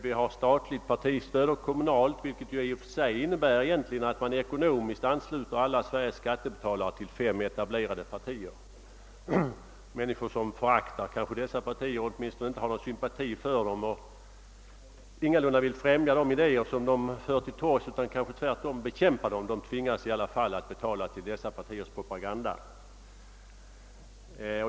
Vi har statligt och kommunalt partistöd, vilket innebär att man ekonomiskt ansluter alla Sveriges skattebetalare till fem etablerade partier. Människor som kanske föraktar dessa partier eller åtminstone inte har någon sympati för dem och ingalunda vill främja de idéer som de för till torgs utan snarare vill bekämpa dem tvingas betala till dessa partiers propaganda.